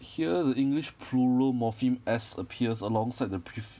here the english plural morpheme as appears alongside the pref~